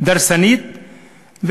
דורסנית,